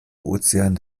ozean